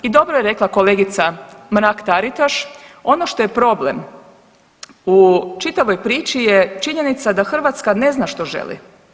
I dobro je rekla kolegica Mrak Taritaš, ono što je problem u čitavoj priči je činjenica da Hrvatska ne zna što želi.